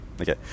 Okay